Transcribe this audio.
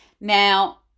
Now